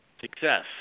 success